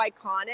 iconic